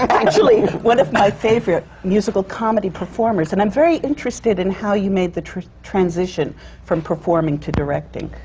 actually one of my favorite musical comedy performers. and i'm very interested in how you made the transition from performing to directing.